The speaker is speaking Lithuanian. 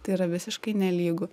tai yra visiškai nelygu